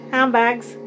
Handbags